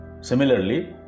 Similarly